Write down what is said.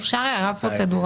אפשר הערה פרוצדורלית?